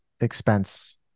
expense